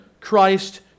Christ